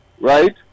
right